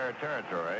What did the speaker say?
territory